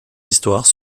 histoires